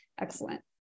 excellent